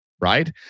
right